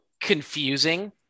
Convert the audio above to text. confusing